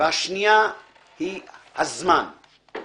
והשנייה היא הזמן.